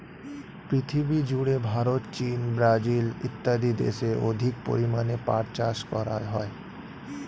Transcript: পৃথিবীজুড়ে ভারত, চীন, ব্রাজিল ইত্যাদি দেশে অধিক পরিমাণে পাট চাষ করা হয়